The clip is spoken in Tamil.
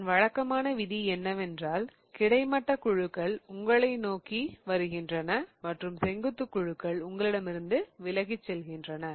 அதன் வழக்கமான விதி என்னவென்றால் கிடைமட்ட குழுக்கள் உங்களை நோக்கி வருகின்றன மற்றும் செங்குத்து குழுக்கள் உங்களிடமிருந்து விலகிச் செல்கின்றன